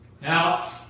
Now